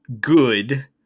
good